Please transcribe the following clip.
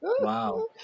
Wow